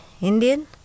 Indian